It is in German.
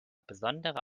besondere